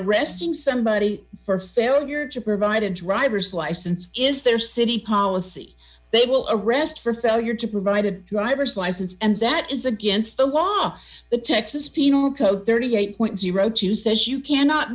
arresting somebody for failure to provide a driver's license is their city policy they will arrest for failure to provide a driver's license and that is against the law the texas penal code thirty eight point zero two says you cannot